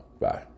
Bye